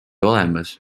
olemas